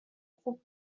خوب